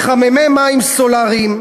מחממי מים סולריים,